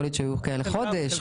יכול להיות שחלק הגיעו חודש,